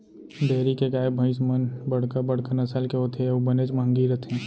dairy के गाय भईंस मन बड़का बड़का नसल के होथे अउ बनेच महंगी रथें